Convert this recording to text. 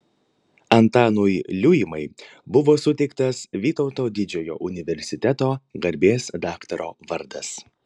antanui liuimai buvo suteiktas vytauto didžiojo universiteto garbės daktaro vardas